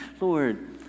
Lord